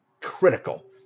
critical